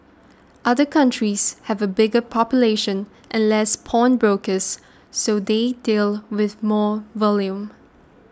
other countries have a bigger population and less pawnbrokers so they deal with more volume